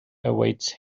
awaits